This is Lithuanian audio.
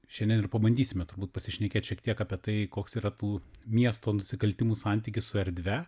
šiandien ir pabandysime turbūt pasišnekėt šiek tiek apie tai koks yra tų miesto nusikaltimų santykis su erdve